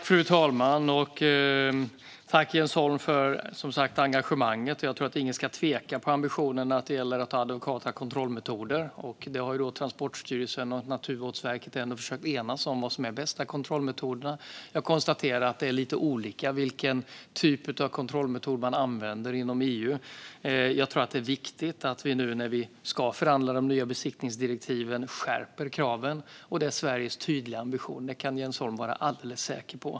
Fru talman! Jag tackar Jens Holm för engagemanget. Ingen ska tveka om ambitionen att ha adekvata kontrollmetoder. Transportstyrelsen och Naturvårdsverket har försökt att enas om vilka som är de bästa kontrollmetoderna. Jag konstaterar att det är lite olika vilken typ av kontrollmetod man använder inom EU. Jag tror att det är viktigt att vi nu när vi ska förhandla de nya besiktningsdirektiven skärper kraven. Detta är också Sveriges tydliga ambition; det kan Jens Holm vara alldeles säker på.